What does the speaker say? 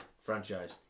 franchise